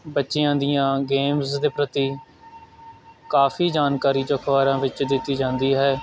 ਬੱਚਿਆਂ ਦੀਆਂ ਗੇਮਸ ਦੇ ਪ੍ਰਤੀ ਕਾਫ਼ੀ ਜਾਣਕਾਰੀ 'ਚ ਅਖ਼ਬਾਰਾਂ ਵਿੱਚ ਦਿੱਤੀ ਜਾਂਦੀ ਹੈ